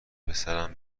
پسرم